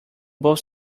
both